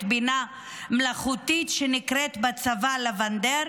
בינה מלאכותית שנקראת בצבא לבנדר,